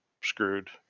screwed